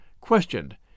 questioned